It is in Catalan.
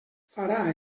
farà